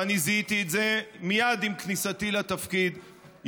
מגיע אל שוטר שממלא את תפקידו ומקלל אותו ומפריע לו למלא את תפקידו,